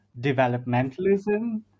developmentalism